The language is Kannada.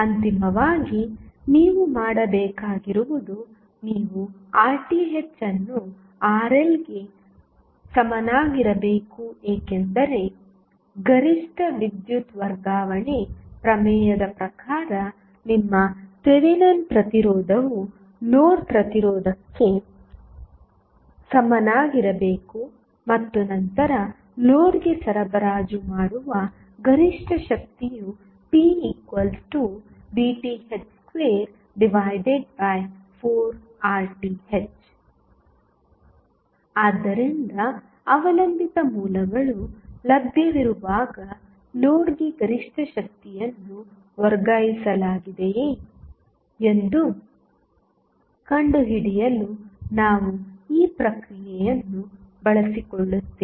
ಅಂತಿಮವಾಗಿ ನೀವು ಮಾಡಬೇಕಾಗಿರುವುದು ನೀವು RTh ಅನ್ನು RL ಗೆ ಸಮನಾಗಿರಬೇಕು ಏಕೆಂದರೆ ಗರಿಷ್ಠ ವಿದ್ಯುತ್ ವರ್ಗಾವಣೆ ಪ್ರಮೇಯದ ಪ್ರಕಾರ ನಿಮ್ಮ ಥೆವೆನಿನ್ ಪ್ರತಿರೋಧವು ಲೋಡ್ ಪ್ರತಿರೋಧಕ್ಕೆ ಸಮನಾಗಿರಬೇಕು ಮತ್ತು ನಂತರ ಲೋಡ್ಗೆ ಸರಬರಾಜು ಮಾಡುವ ಗರಿಷ್ಠ ಶಕ್ತಿಯು pVTh24RTh ಆದ್ದರಿಂದ ಅವಲಂಬಿತ ಮೂಲಗಳು ಲಭ್ಯವಿರುವಾಗ ಲೋಡ್ಗೆ ಗರಿಷ್ಠ ಶಕ್ತಿಯನ್ನು ವರ್ಗಾಯಿಸಲಾಗಿದೆಯೆ ಎಂದು ಕಂಡುಹಿಡಿಯಲು ನಾವು ಈ ಪ್ರಕ್ರಿಯೆಯನ್ನು ಬಳಸಿಕೊಳ್ಳುತ್ತೇವೆ